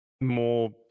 more